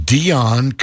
Dion